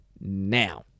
Now